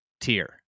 tier